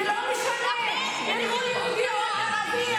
ולא משנה אם הוא יהודי או ערבי,